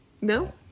No